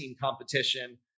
competition